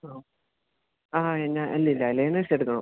ആ ഇല്ലില്ല ലേണേഴ്സ് എടുക്കണം